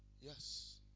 Yes